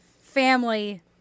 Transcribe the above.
family